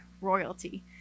royalty